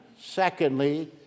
secondly